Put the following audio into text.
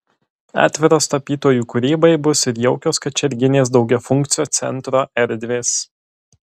atviros tapytojų kūrybai bus ir jaukios kačerginės daugiafunkcio centro erdvės